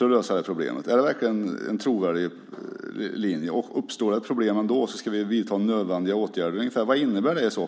Är det verkligen en trovärdig linje? Uppstår det problem säger man att man ska vidta nödvändiga åtgärder. Vad innebär det?